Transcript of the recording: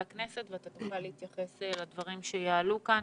הכנסת ואתה תוכל להתייחס לדברים שיעלו כאן.